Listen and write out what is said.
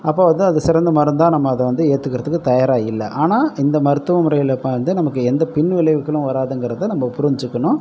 அப்போ வந்து அதை சிறந்த மருந்தாக நம்ம அதை ஏற்றுகிறத்துக்கு தயாராக இல்லை ஆனால் இந்த மருத்துவ முறையில் வந்து நமக்கு எந்த பின் விளைவுகளும் வராதுங்கிறது நம்ம புரிஞ்சுக்கணும்